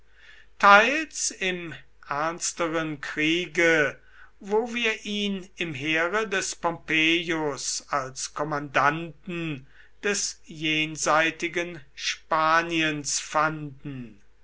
teils im ernsteren kriege wo wir ihn im heere des pompeius als kommandanten des jenseitigen spaniens fanden